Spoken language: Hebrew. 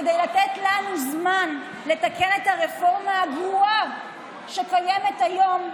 כדי לתת לנו זמן לתקן את הרפורמה הגרועה שקיימת היום,